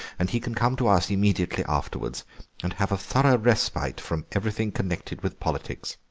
and he can come to us immediately afterwards and have a thorough respite from everything connected with politics.